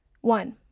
One